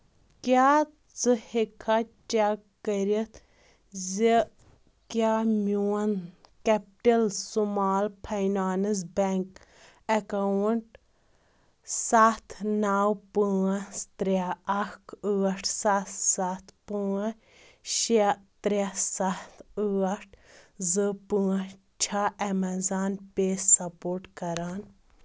کیٛاہ ژٕ ہہٚکھہ چیٚک کٔرِتھ زِ کیٛاہ میون capital small finance bank account سَتھ نو پانٛژھ ترٛےٚ اکھ ٲٹھ سَتھ سَتھ پانٛژھ شیٚے ترٛےٚ سَتھ ٲٹھ زٕ پانٛژھ چھا ایٚمیزان پے سپورٹ کران؟